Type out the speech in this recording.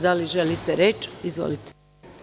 Da li želite reč? (Da.) Izvolite.